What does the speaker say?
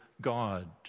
God